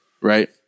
right